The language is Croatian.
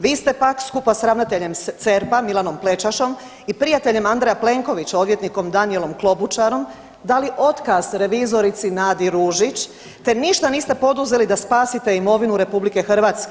Vi ste pak skupa s ravnateljem CERP-a Milanom Plećašom i prijateljem Andreja Plenkovića odvjetnikom Danijelom Klobučarom dali otkaz revizorici Nadi Ružić, te ništa niste poduzeli da spasite imovinu RH.